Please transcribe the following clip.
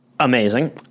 Amazing